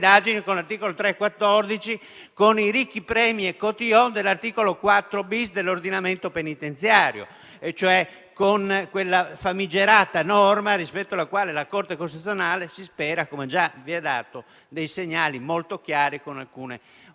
con l'articolo 314, con i ricchi premi e *cotillon* dell'articolo 4-*bis* dell'ordinamento penitenziario. Mi riferisco, cioè, a quella famigerata norma rispetto alla quale la Corte costituzionale ha già dato dei segnali molto chiari con alcune ordinanze